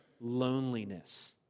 loneliness